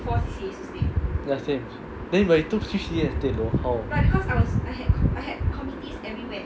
ya same but you have two C_C_As only leh how